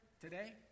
today